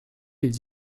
les